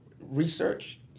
research